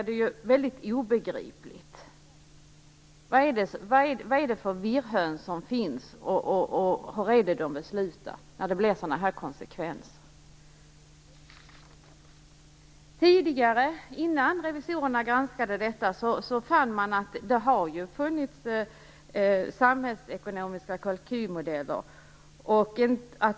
De måste undra vad det är för virrhöns som finns och vad det är för beslut de fattar när det blir sådana här konsekvenser. Innan revisorerna granskade detta fann man att det tidigare har funnits samhällsekonomiska kalkylmodeller.